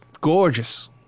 gorgeous